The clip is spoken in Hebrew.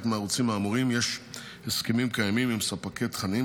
מהערוצים האמורים יש הסכמים קיימים עם ספקי תכנים